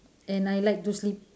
and I like to sleep